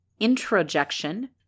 introjection